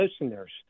listeners